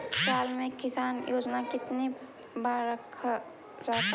साल में किसान योजना कितनी बार रखा जाता है?